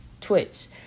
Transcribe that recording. twitch